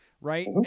Right